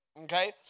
Okay